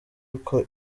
uko